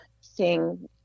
seeing